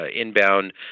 Inbound